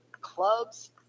clubs